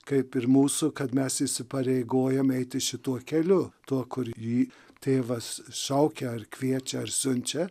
kaip ir mūsų kad mes įsipareigojam eiti šituo keliu tuo kurį tėvas šaukia ar kviečia ar siunčia